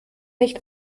nicht